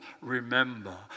Remember